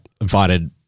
Invited